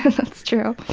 that's true.